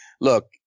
look